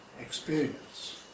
experience